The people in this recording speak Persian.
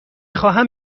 خواهم